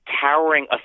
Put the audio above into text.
towering